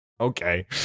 Okay